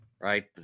Right